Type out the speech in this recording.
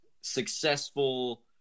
successful